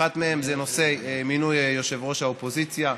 אחת מהן זה נושא מינוי יושב-ראש האופוזיציה.